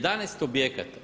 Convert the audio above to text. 11 objekata.